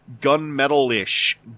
gunmetal-ish